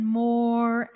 more